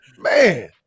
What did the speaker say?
Man